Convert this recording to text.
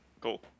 Cool